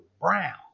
brown